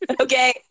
Okay